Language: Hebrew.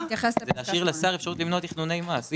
זה להשאיר לשר אפשרות למנוע תכנוני מס.